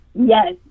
Yes